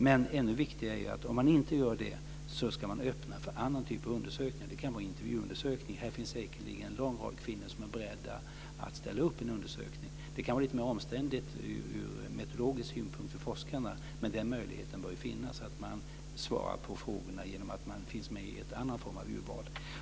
Men ännu viktigare är att man, om man inte gör det, ska öppna för annan typ av undersökningar. Det kan vara intervjuundersökningar. Här finns säkerligen en lång rad kvinnor som är beredda att ställa upp i en undersökning. Det kan vara lite mer omständligt för forskarna, men den möjligheten bör ju finnas att man svarar på frågorna genom att finnas med i en annan form av urval.